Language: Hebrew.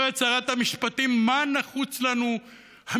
אומרת שרת המשפטים: מה נחוץ לנו משרד